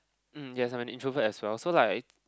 mm yes I'm introvert as well so like I